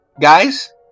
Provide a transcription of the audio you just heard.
guys